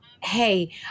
Hey